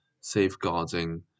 safeguarding